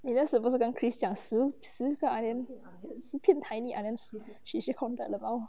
你那时不是跟 chris 讲十十个 onion 十片 tiny onion she she counted the amount